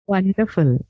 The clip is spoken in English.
Wonderful